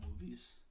movies